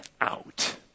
out